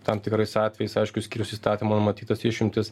tam tikrais atvejais aišku išskyrus įstatymo numatytas išimtis